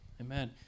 Amen